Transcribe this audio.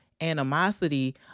animosity